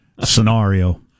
scenario